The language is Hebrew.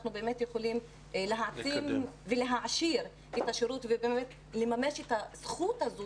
אנחנו באמת יכולים להעצים ולהעשיר את השירות וגם לממש את הזכות הזאת